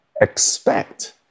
expect